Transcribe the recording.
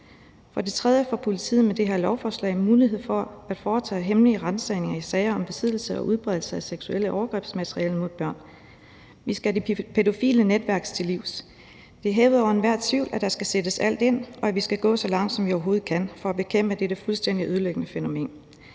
For det tredje får politiet med det her lovforslag mulighed for at foretage hemmelige ransagninger i sager om besiddelse og udbredelse af materiale med seksuelle overgreb mod børn. Vi skal de pædofile netværk til livs. Det er hævet over enhver tvivl, at der skal sættes alt ind, og at vi skal gå så langt, som vi overhovedet kan, for at bekæmpe dette fuldstændig ødelæggende fænomen.